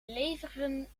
leveren